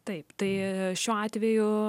taip tai šiuo atveju